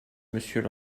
monsieur